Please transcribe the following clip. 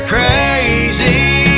Crazy